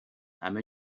همه